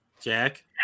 Jack